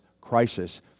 crisis